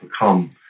become